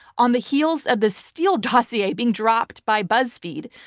on the heels of the steele dossier being dropped by buzzfeed,